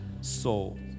soul